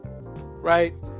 Right